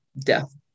death